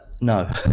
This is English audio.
No